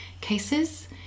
cases